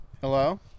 Hello